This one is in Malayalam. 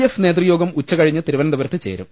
എഫ് നേതൃയോഗം ഉച്ചകഴിഞ്ഞ് തിരുവനന്തപുരത്ത് ചേരും